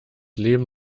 leben